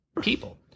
people